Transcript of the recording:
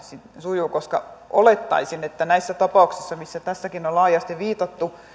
sujuu koska olettaisin että näissä tapauksissa mihin tässäkin on laajasti viitattu